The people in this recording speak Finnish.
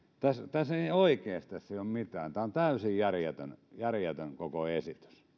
tässä ei ei oikeasti ole mitään tämä on täysin järjetön järjetön koko esitys